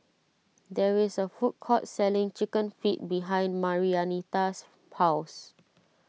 there is a food court selling Chicken Feet behind Marianita's house